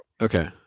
Okay